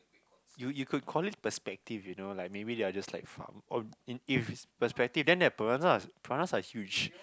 you you could call it perspective you know like maybe they are just like farm if it's perspective then that piranhas piranhas are huge